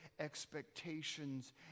expectations